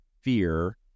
fear